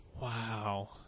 Wow